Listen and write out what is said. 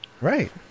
Right